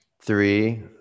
Three